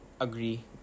agree